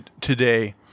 today